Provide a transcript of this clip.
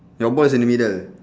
your ball is in the middle